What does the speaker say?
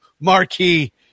marquee